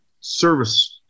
service